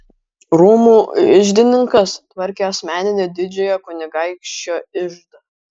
rūmų iždininkas tvarkė asmeninį didžiojo kunigaikščio iždą